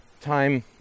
time